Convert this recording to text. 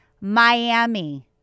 Miami